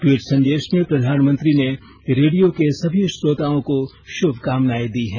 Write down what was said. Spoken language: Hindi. टवीट संदेश में प्रधानमंत्री ने रेडियो के सभी श्रोताओं को श्भकामनायें दी हैं